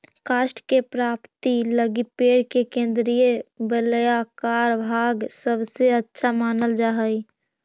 काष्ठ के प्राप्ति लगी पेड़ के केन्द्रीय वलयाकार भाग सबसे अच्छा मानल जा हई